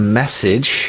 message